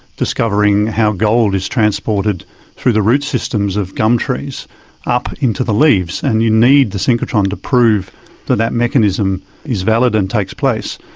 discovering how gold is transported through the root systems of gum trees up into the leaves, and you need the synchrotron to prove that that mechanism is valid and takes place.